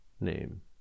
name